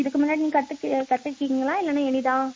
இதுக்கு முன்னாடி நீங்கள் கற்றுக்க கற்றுருக்கீங்களா இல்லை இனி தான்